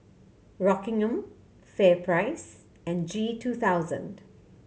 Rockingham FairPrice and G two thousand